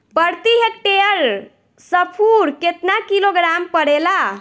प्रति हेक्टेयर स्फूर केतना किलोग्राम परेला?